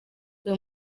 uyu